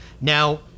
now